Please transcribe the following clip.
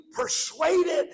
persuaded